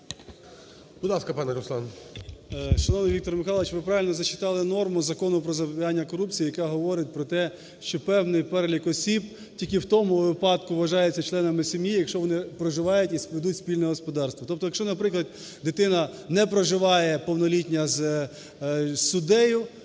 Шановний Віктор Михайлович, ви правильно зачитали норму Закону "Про запобігання корупції", яка говорить про те, що певний перелік осіб тільки в тому випадку вважається членами сім'ї, якщо вони проживають і ведуть спільне господарство. Тобто, якщо, наприклад, дитина не проживає повнолітня з суддею,